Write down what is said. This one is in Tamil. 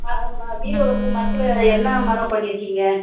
ஆ ஆமாம் பீரோ வந்து மரத்தில் என்னா மரம் பண்ணியிருக்கீங்க